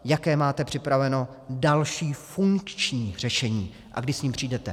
Jaké máte připravené další funkční řešení a kdy s ním přijdete?